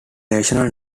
rational